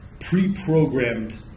pre-programmed